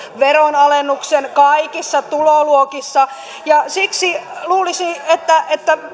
veronalennuksen kaikissa tuloluokissa siksi luulisi että